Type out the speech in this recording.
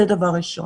זה דבר ראשון.